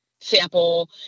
sample